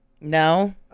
No